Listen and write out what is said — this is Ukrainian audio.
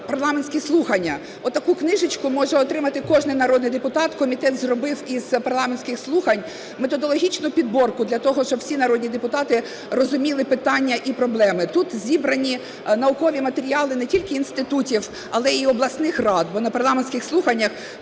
парламентські слухання. Отаку книжечку може отримати кожний народний депутат. Комітет зробив із парламентських слухань методологічну підбірку для того, щоб всі народні депутати розуміли питання і проблеми. Тут зібрані наукові матеріали не тільки інститутів, але й обласних рад, бо на парламентських слуханнях